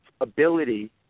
ability